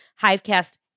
Hivecast